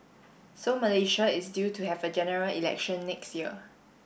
so Malaysia is due to have a General Election next year